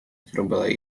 зробила